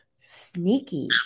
sneaky